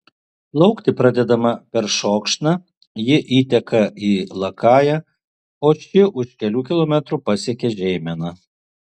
plaukti pradedama peršokšna ji įteka į lakają o ši už kelių kilometrų pasiekia žeimeną